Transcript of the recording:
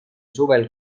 suvel